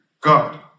God